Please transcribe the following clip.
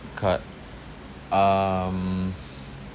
card um